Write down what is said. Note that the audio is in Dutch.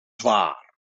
zwaar